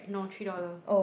no three dollar